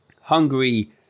Hungary